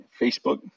Facebook